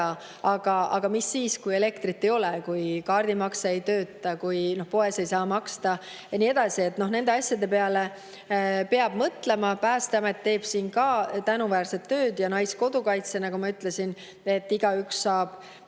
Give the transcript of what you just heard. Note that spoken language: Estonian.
Aga mis siis, kui elektrit ei ole, kui kaardimakse ei tööta, kui poes ei saa maksta ja nii edasi? Nende asjade peale peab mõtlema. Päästeamet teeb tänuväärset tööd ja Naiskodukaitse ka, nagu ma ütlesin. Igaüks saab